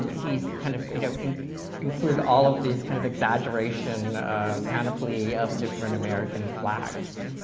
he's kind of you know included all of these kind of exaggeration panoply of different american flags,